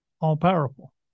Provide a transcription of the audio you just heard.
all-powerful